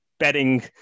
betting